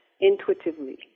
intuitively